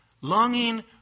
longing